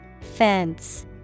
Fence